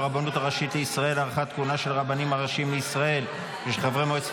הראשית לישראל (הארכת כהונה של הרבנים הראשיים לישראל ושל חברי מועצת